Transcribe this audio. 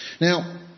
Now